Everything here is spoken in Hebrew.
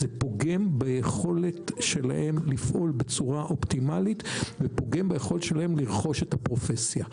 זה פוגע ביכולת שלהם לפעול בצורה אופטימלית ולרכוש את הפרופסיה.